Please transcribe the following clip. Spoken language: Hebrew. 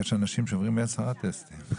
יש אנשים שעוברים עשרה טסטים.